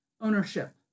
ownership